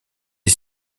est